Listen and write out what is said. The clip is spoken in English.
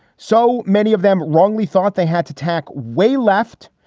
so many of them wrongly thought they had to tack way left.